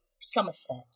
Somerset